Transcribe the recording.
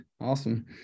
awesome